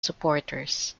supporters